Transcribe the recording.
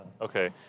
Okay